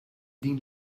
din